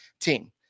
team